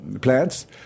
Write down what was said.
plants